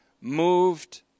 moved